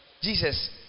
Jesus